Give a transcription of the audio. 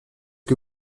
que